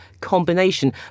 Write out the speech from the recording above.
combination